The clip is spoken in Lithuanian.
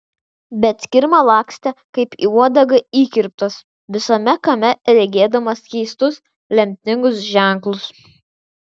bet skirma lakstė kaip į uodegą įkirptas visame kame regėdamas keistus lemtingus ženklus